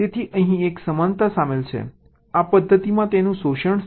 તેથી અહીં એક સમાનતા સામેલ છે આ પદ્ધતિમાં તેનું શોષણ થાય છે